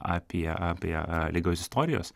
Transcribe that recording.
apie apie e ligios istorijos